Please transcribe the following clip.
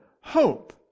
hope